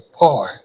Boy